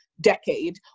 decade